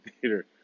theater